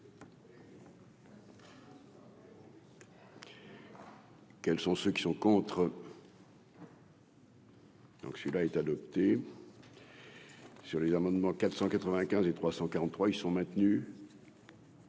Quels sont ceux qui sont contre. Donc, celui-là est adopté. Sur les amendements 495 et 343 ils sont maintenus.